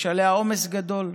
יש עליה עומס גדול.